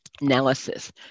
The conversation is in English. analysis